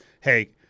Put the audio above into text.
hey –